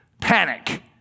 Panic